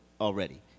already